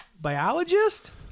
biologist